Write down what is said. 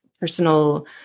Personal